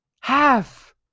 half